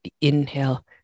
Inhale